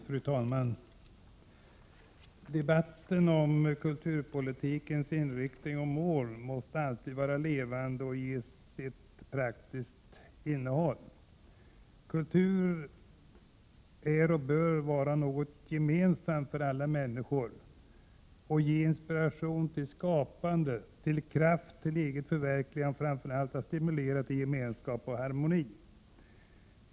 Fru talman! Debatten om kulturpolitikens inriktning och mål måste alltid vara levande och ges ett praktiskt innehåll. Kultur är och bör vara något gemensamt för alla människor och ge inspiration till skapande, kraft till eget förverkligande och framför allt stimulera till gemenskap och harmoni.